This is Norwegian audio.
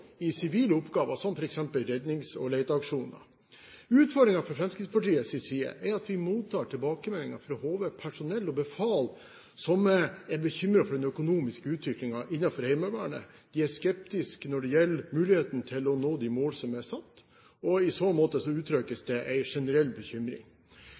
i sivile oppgaver som f.eks. rednings- og leteaksjoner. Fremskrittspartiets utfordring er at vi mottar tilbakemeldinger fra HV-personell og befal som er bekymret for den økonomiske utviklingen innenfor Heimevernet. De er skeptiske til muligheten for å nå de målene som er satt, og i så